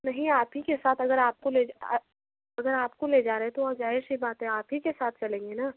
नहीं आप ही के साथ अगर आपको ले जा आप अगर आपको ले जा रहें तो वहाँ ज़ाहिर सी बात है आप ही के साथ चलेंगे न